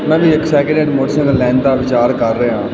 ਮੈਂ ਵੀ ਇੱਕ ਸੈਕਿੰਡ ਹੈਂਡ ਮੋਟਰਸਾਈਕਲ ਲੈਣ ਦਾ ਵਿਚਾਰ ਕਰ ਰਿਹਾ ਹਾਂ